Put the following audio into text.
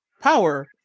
power